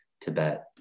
Tibet